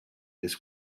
this